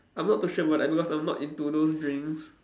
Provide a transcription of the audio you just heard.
I'm not too sure about that because I'm not into those drinks